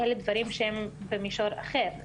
אלה דברים שהם במישור אחר,